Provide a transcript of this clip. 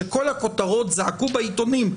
שכל הכותרות זעקו בעיתונים,